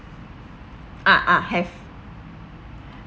ah ah have